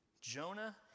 Jonah